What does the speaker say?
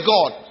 God